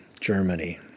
Germany